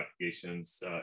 applications